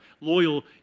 loyal